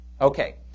Okay